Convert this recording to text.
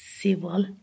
civil